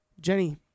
Jenny